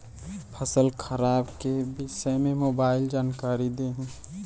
फसल खराब के विषय में मोबाइल जानकारी देही